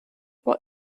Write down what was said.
what